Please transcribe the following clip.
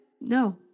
No